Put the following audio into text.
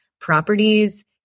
properties